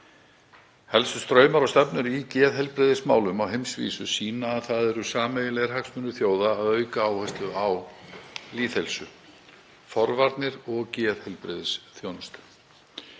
Helstu straumar og stefnur í geðheilbrigðismálum á heimsvísu sýna að það eru sameiginlegir hagsmunir þjóða að auka áherslu á lýðheilsu, forvarnir og geðheilbrigðisþjónustu.